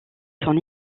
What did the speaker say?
son